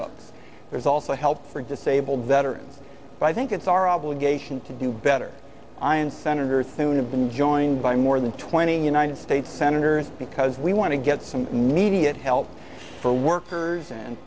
retired there's also help for disabled veterans but i think it's our obligation to do better i and senator thune have been joined by more than twenty united states senator because we want to get some media to help for workers and